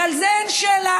ועל זה אין שאלה.